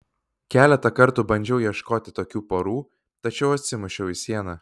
keletą kartų bandžiau ieškoti tokių porų tačiau atsimušiau į sieną